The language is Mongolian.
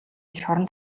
шоронд